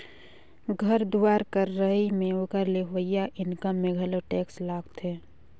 घर दुवार कर रहई में ओकर ले होवइया इनकम में घलो टेक्स लागथें